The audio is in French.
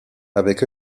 avec